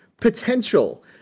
potential